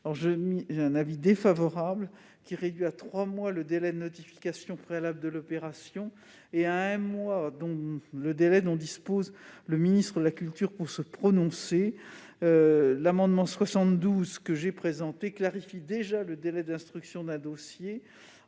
chargé de la culture, réduisant à trois mois le délai de notification préalable de l'opération et à un mois le délai dont dispose le ministre de la culture pour se prononcer. L'amendement n° 72 que j'ai présenté clarifie déjà le délai d'instruction d'un dossier